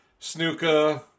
Snuka